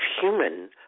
human